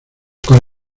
con